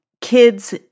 kids